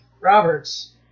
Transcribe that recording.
Roberts